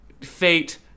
fate